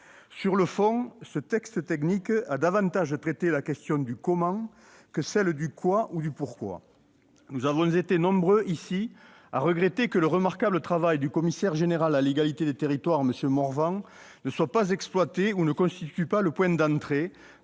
sur le fond, ce texte technique a davantage traité du « comment » que du « quoi » ou du « pourquoi ». Nous avons été nombreux dans cet hémicycle à regretter que le remarquable travail du commissaire général à l'égalité des territoires, M. Morvan, ne soit pas exploité ou ne constitue pas le point d'entrée